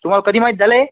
तुम्हाला कधी माहीत झालं हे